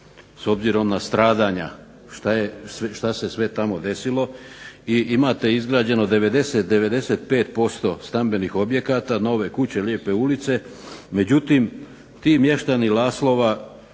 s obzirom na stradanja, što se sve tamo desilo. I imate izgrađeno 95% stambenih objekata, nove kuće, lijepe ulice, međutim ti mještani Laslova